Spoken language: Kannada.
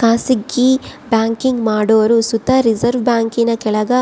ಖಾಸಗಿ ಬ್ಯಾಂಕಿಂಗ್ ಮಾಡೋರು ಸುತ ರಿಸರ್ವ್ ಬ್ಯಾಂಕಿನ ಕೆಳಗ